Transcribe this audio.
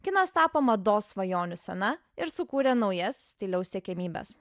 kinas tapo mados svajonių scena ir sukūrė naujas stiliaus siekiamybes